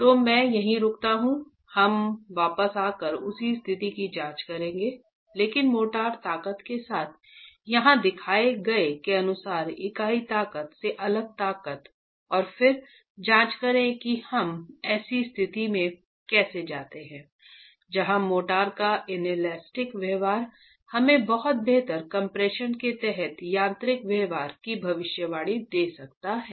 तो मैं यहीं रुकता हूं हम वापस आकर उसी स्थिति की जांच करेंगे लेकिन मोर्टार ताकत के साथ यहां दिखाए गए के अनुसार इकाई ताकत से अलग ताकत और फिर जांच करें कि हम ऐसी स्थिति में कैसे जाते हैं जहां मोर्टार का इनेलास्टिक व्यवहार हमें बहुत बेहतर कम्प्रेशन के तहत यांत्रिक व्यवहार की भविष्यवाणी दे सकता है